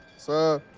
sir.